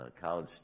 college